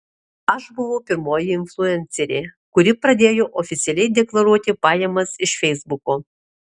aš buvau pirmoji influencerė kuri pradėjo oficialiai deklaruoti pajamas iš feisbuko